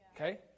Okay